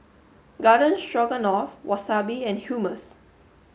garden Stroganoff Wasabi and Hummus